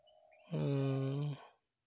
ᱟᱨ